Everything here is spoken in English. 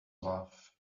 love